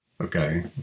Okay